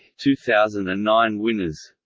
two thousand and nine winners